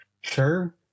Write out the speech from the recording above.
sure